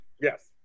Yes